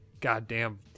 goddamn